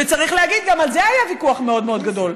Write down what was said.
וצריך להגיד: גם על זה היה ויכוח מאוד מאוד גדול,